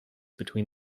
between